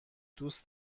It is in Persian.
دوست